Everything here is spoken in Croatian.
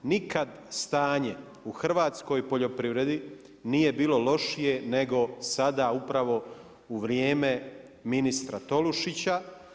Nikad stanje u hrvatskoj poljoprivredi nije bilo lošije nego sada upravo u vrijeme ministra Tolušića.